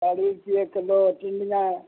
ਚਾਲ੍ਹੀ ਰੁਪਏ ਕਿੱਲੋ